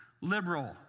liberal